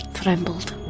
trembled